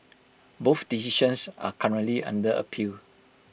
both decisions are currently under appeal